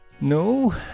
No